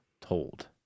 told